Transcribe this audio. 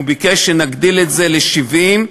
הוא ביקש שנגדיל את זה ל-70,